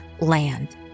land